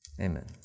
amen